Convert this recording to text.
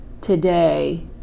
today